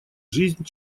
жизнь